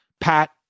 pat